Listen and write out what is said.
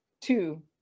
Two